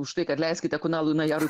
už tai kad leiskite kunalui najarui